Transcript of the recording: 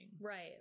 Right